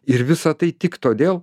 ir visą tai tik todėl